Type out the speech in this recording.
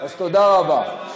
אתה מכיר אותי.